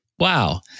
Wow